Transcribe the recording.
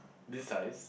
this size